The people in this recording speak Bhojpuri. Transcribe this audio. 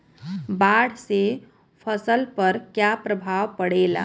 बाढ़ से फसल पर क्या प्रभाव पड़ेला?